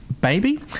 Baby